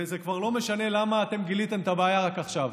וזה כבר לא משנה למה אתם גיליתם את הבעיה רק עכשיו,